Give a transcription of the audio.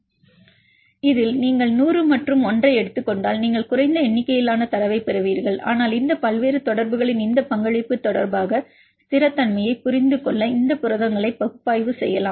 இந்த வழக்கில் நீங்கள் நூறு மற்றும் ஒன்றை எடுத்துக் கொண்டால் நீங்கள் குறைந்த எண்ணிக்கையிலான தரவைப் பெறுவீர்கள் ஆனால் இந்த பல்வேறு தொடர்புகளின் இந்த பங்களிப்பு தொடர்பாக ஸ்திரத்தன்மையைப் புரிந்துகொள்ள இந்த புரதங்களை பகுப்பாய்வு செய்யலாம்